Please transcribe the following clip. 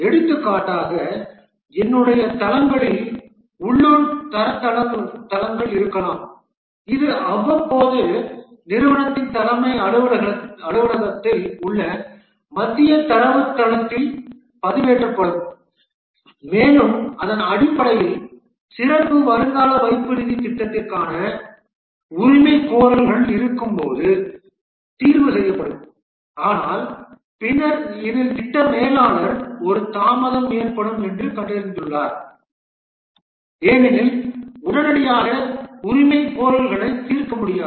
எடுத்துக்காட்டாக என்னுடைய தளங்களில் உள்ளூர் தரவுத்தளங்கள் இருக்கலாம் இது அவ்வப்போது நிறுவனத்தின் தலைமை அலுவலகத்தில் உள்ள மத்திய தரவுத்தளத்தில் பதிவேற்றப்படும் மேலும் அதன் அடிப்படையில் சிறப்பு வருங்கால வைப்பு நிதி திட்டத்திற்கான உரிமைகோரல்கள் இருக்கும்போது தீர்வு செய்யப்படும் ஆனால் பின்னர் இதில் திட்ட மேலாளர் ஒரு தாமதம் ஏற்படும் என்று கண்டறிந்துள்ளார் ஏனெனில் உடனடியாக உரிமைகோரல்களை தீர்க்க முடியாது